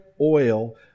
oil